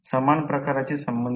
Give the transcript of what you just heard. त्या सर्किट आकृती मी नंतर दर्शवितो